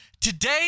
today